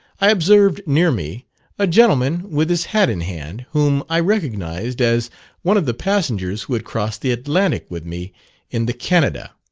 i observed near me a gentleman with his hat in hand, whom i recognized as one of the passengers who had crossed the atlantic with me in the canada,